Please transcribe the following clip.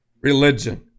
religion